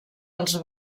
els